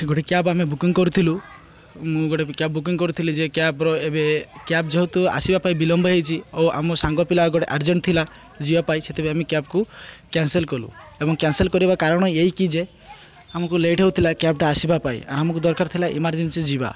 ଗୋଟେ କ୍ୟାବ୍ ଆମେ ବୁକିଂ କରୁଥିଲୁ ମୁଁ ଗୋଟେ କ୍ୟାବ୍ ବୁକିଂ କରିଥିଲି ଯେ କ୍ୟାବ୍ର ଏବେ କ୍ୟାବ୍ ଯେହେତୁ ଆସିବା ପାଇଁ ବିଳମ୍ବ ହେଇଛି ଓ ଆମ ସାଙ୍ଗ ପିଲା ଗୋଟେ ଆର୍ଜେଣ୍ଟ୍ ଥିଲା ଯିବା ପାଇଁ ସେଥିପାଇଁ ଆମେ କ୍ୟାବ୍କୁ କୈନ୍ସଲ୍ କଲୁ ଏବଂ କୈନ୍ସଲ୍ କରିବା କାରଣ ଏଇକି ଯେ ଆମକୁ ଲେଟ୍ ହଉଥିଲା କ୍ୟାବ୍ଟା ଆସିବା ପାଇଁ ଆର୍ ଆମକୁ ଦରକାର ଥିଲା ଏମୋରଜେନ୍ସି ଯିବା